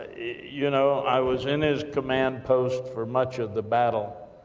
you know, i was in his command post for much of the battle,